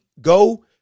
go